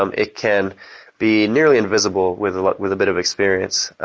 um it can be nearly invisible with with a bit of experience.